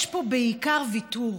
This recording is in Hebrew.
יש פה בעיקר ויתור.